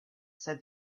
said